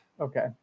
Okay